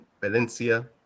Valencia